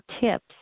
tips